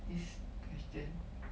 this question